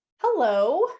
Hello